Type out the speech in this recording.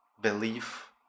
belief